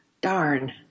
darn